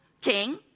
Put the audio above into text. king